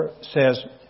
says